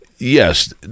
Yes